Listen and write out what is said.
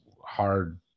hard